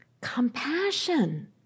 compassion